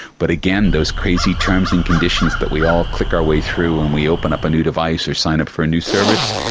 but again, those crazy terms and conditions that we all click our way through when and we open up a new device or sign up for a new service,